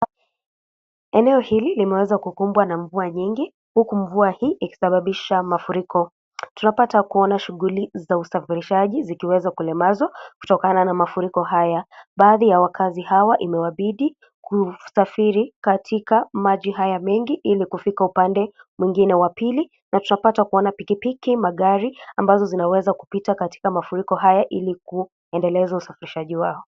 Eneo hili limeweza kukumbwa na mvua nyingi, huku mvua hii ikisababisha mafuriko. Tunapata kuona shughuli za usafirishaji zikiweza kulemazwa kutokana na mafuriko haya. Baadhi ya wakaazi hawa, imewabidi kusafiri katika maji haya mengi, ili kufika upande mwingine wa pili. Na tunapata kuona pikipiki, magari ambazo zinaweza kupita katika mafuriko haya, ili kuendeleza usafirishaji wao.